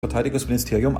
verteidigungsministerium